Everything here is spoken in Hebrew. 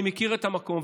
אני מכיר את המקום,